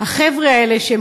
החבר'ה האלה,